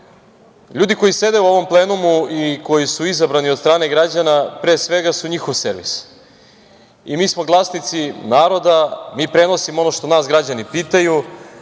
Ljudi koji sede u ovom plenumu i koji su izabrani od strane građana pre svega su njihov servis i mi smo glasnici naroda, mi prenosimo ono što nas građani pitaju,